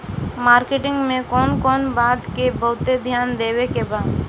Marketing मे कौन कौन बात के बहुत ध्यान देवे के बा?